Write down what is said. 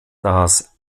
das